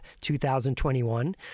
2021